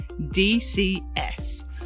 DCS